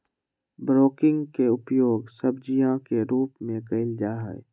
broccoli के उपयोग सब्जीया के रूप में कइल जाहई